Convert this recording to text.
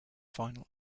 final